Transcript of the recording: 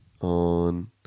on